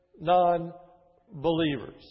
non-believers